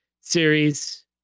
series